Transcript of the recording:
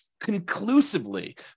conclusively